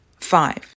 five